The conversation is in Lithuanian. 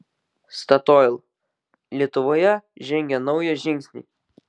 statoil lietuvoje žengia naują žingsnį